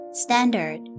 standard